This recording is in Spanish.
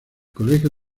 colegio